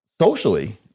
socially